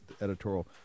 editorial